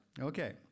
Okay